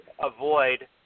avoid